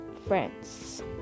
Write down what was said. Friends